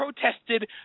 protested